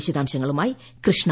വിശദാംശങ്ങളുമായി കൃഷ്ണ